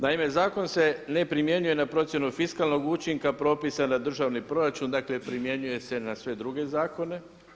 Naime, zakon se ne primjenjuje na procjenu fiskalnog učinka propisa na državni proračun, dakle primjenjuje se na sve druge zakone.